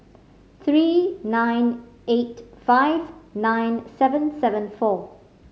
three nine eight five nine seven seven four